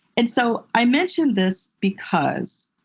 and so i mention this because,